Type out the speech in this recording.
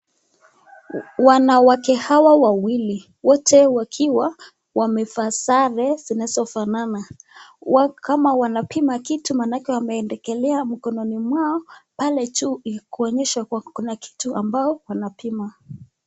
Wanawake hawa wawili wote wakiwa wamevaa sare zinazofanana kama wanapima kitu maanake wamewekelea mikononi mwao pale juu kuonyesha kuna kitu ambayo wanapima.